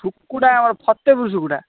ସୁକୁଟା ଆମର ସତ୍ୟପୁରୁ ସୁକୁଟା